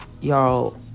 y'all